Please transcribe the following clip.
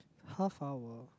half hour